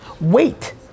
Wait